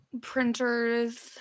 printers